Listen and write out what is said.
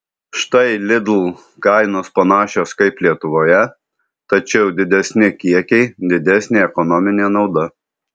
štai lidl kainos panašios kaip lietuvoje tačiau didesni kiekiai didesnė ekonominė nauda